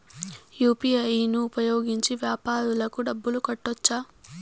UPI ను ఉపయోగించి వ్యాపారాలకు డబ్బులు కట్టొచ్చా?